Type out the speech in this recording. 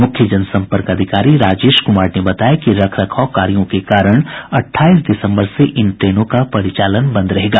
मुख्य जनसंपर्क अधिकारी राजेश कुमार ने बताया कि रख रखाव कार्यो के कारण अठाईस दिसम्बर से इन ट्रेनों का परिचालन बंद रहेगा